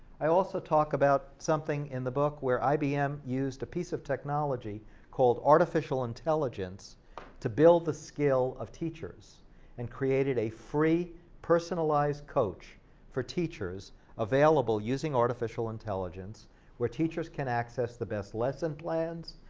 i also talk about something in the book where ibm used a piece of technology called artificial intelligence to build a scale of teachers and created a free personalized coach for teachers available using artificial intelligence where teachers can access the best lesson plans,